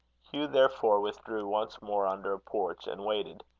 hugh, therefore, withdrew once more under a porch, and waited.